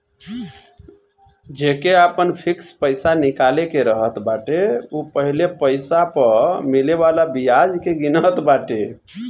जेके आपन फिक्स पईसा निकाले के रहत बाटे उ पहिले पईसा पअ मिले वाला बियाज के गिनत बाटे